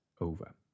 over